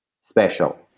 special